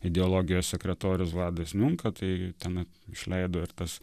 ideologijos sekretorius vladas miunka tai ten išleido ir tas